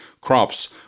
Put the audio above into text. crops